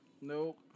Nope